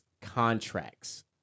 contracts